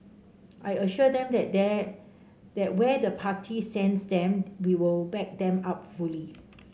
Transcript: I assured them that there there where the party sends them we will back them up fully